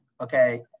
Okay